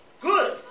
Good